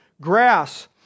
grass